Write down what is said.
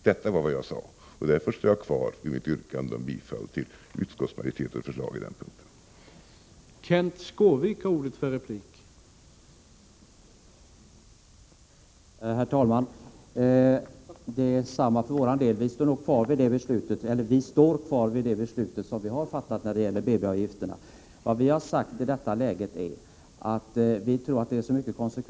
Detta var vad jag sade, och därför står jag kvar vid mitt yrkande om bifall till utskottsmajoritetens förslag på den här punkten.